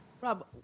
Rob